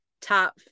top